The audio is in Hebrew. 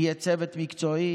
יהיה צוות מקצועי.